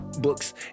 books